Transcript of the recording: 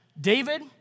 David